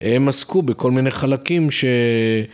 הם עסקו בכל מיני חלקים ש...